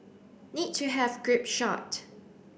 need to have group shot